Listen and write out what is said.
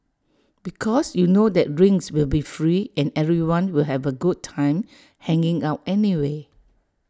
because you know that drinks will be free and everyone will have A good time hanging out anyway